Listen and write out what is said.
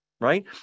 right